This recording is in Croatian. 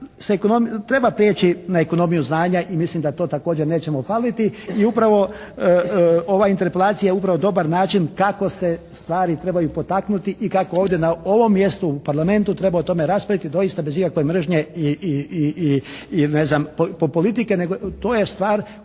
treba prijeći na ekonomiju znanja i mislim da to također nećemo faliti. I upravo ova Interpelacija je upravo dobar način kako se stvari trebaju potaknuti i kako ovdje na ovom mjestu u Parlamentu treba o tome raspraviti doista bez ikakve mržnje i ne znam politike. Nego, to je stvar